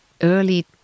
early